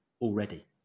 already